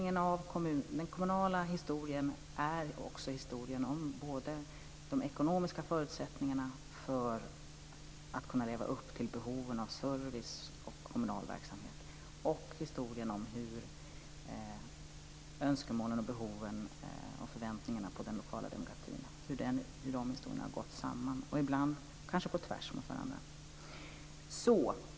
Den kommunala historien är historien både om de ekonomiska förutsättningarna för att kunna leva upp till behoven av service och kommunal verksamhet och om önskemålen, behoven och förväntningarna på den lokala demokratin, liksom om hur de historierna har gått samman och ibland gått på tvärs mot varandra.